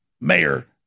mayor